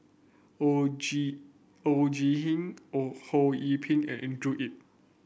Oon Jin Oon Jin Oon Ho Yee Ping and Andrew Yip